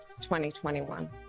2021